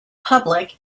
public